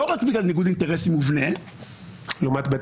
לא רק בגלל ניגוד אינטרסים מובנה --- לעומת